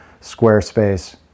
Squarespace